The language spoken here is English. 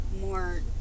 more